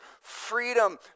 freedom